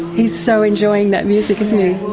he's so enjoying that music, isn't he.